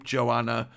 Joanna